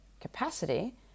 capacity